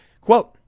Quote